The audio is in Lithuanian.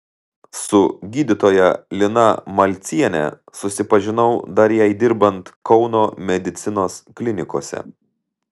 su gydytoja lina malciene susipažinau dar jai dirbant kauno medicinos klinikose